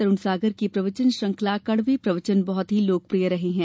तरुण सागर की प्रवचन श्रंखला कड़वे प्रवचन बहुत लोकप्रिय रही हैं